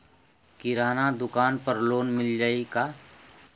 किराना दुकान पर लोन मिल जाई का?